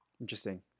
Interesting